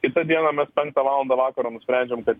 kitą dieną mes penktą valandą vakaro nusprendžiam kad